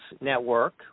Network